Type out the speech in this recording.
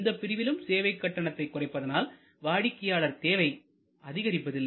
இந்தப் பிரிவிலும் சேவை கட்டணத்தை குறைப்பதனால் வாடிக்கையாளர் தேவை அதிகரிப்பதில்லை